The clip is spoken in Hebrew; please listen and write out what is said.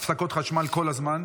הפסקות חשמל כל הזמן.